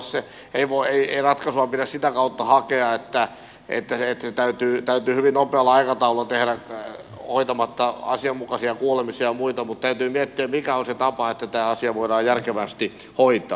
tietenkään ei ratkaisua pidä sitä kautta hakea että se täytyy hyvin nopealla aikataululla tehdä hoitamatta asianmukaisia kuulemisia ja muita mutta täytyy miettiä mikä on se tapa että tämä asia voidaan järkevästi hoitaa